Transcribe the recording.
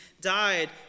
died